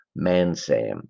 ManSam